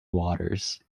waters